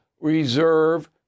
reserve